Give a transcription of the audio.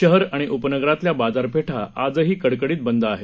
शहर आणि उपनगरातल्या बाजारपेठा आजही कडकडीत बंद आहेत